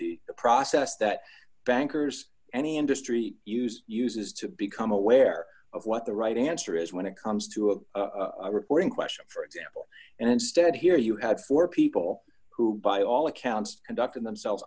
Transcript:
the process that bankers any industry use uses to become aware of what the right answer is when it comes to a reporting question for example and instead here you had four people who by all accounts conducted themselves